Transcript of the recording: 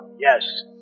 yes